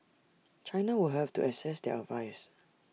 China will have to assess their advice